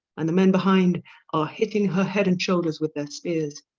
and the men behind are hitting her head and shoulders with their spears,